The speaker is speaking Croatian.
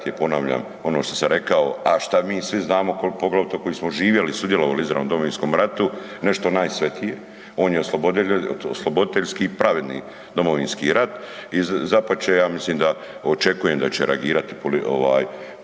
je ponavljam, ono što sam rekao, a št mi svi znamo poglavito koji smo živjeli i sudjelovali izravno u Domovinskom ratu, nešto najsvetije, on je osloboditeljski i pravedni domovinski rat i dapače ja mislim da očekujem će reagirati ovaj